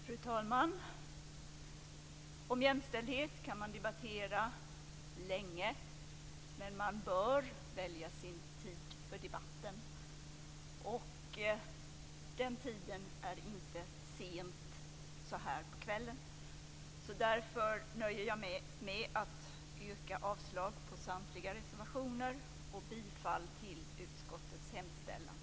Fru talman! Om jämställdhet kan man debattera länge men man bör välja sin tid för debatten. Den tiden är inte sent på kvällen. Därför nöjer jag mig med att yrka avslag på samtliga reservationer och bifall till utskottets hemställan.